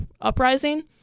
uprising